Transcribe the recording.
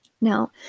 Now